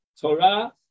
Torah